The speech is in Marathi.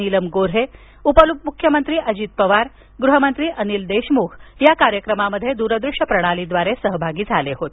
नीलम गो ्हे उपमुख्यमंत्री अजित पवार गृहमंत्री अनिल देशमुख या कार्यक्रमात दूरदृश्यप्रणालीद्वारे सहभागी झाले होते